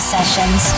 Sessions